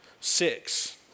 Six